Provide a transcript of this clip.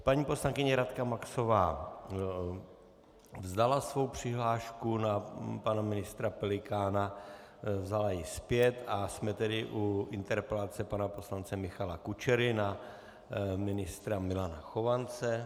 Paní poslankyně Radka Maxová vzdala svou přihlášku na pana ministra Pelikána, vzala ji zpět, a jsme tedy u interpelace pana poslance Michala Kučery na ministra Milana Chovance.